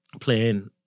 playing